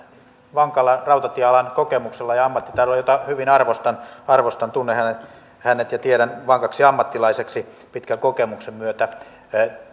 vankalla rautatiealan kokemuksella ja ammattitaidolla jota hyvin arvostan arvostan tunnen hänet hänet ja tiedän vankaksi ammattilaiseksi pitkän kokemuksen myötä